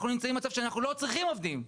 אנחנו נמצאים במצב שאנחנו לא צריכים עובדים.